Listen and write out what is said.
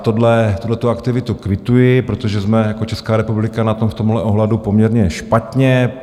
Tuhle aktivitu kvituji, protože jsme jako Česká republika na tom v tomhle ohledu poměrně špatně.